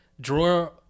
drawer